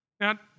Now